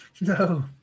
no